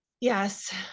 yes